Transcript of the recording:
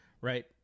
right